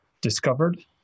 discovered